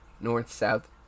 North-South